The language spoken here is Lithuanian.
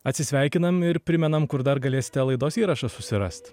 atsisveikinam ir primenam kur dar galėsite laidos įrašą susirast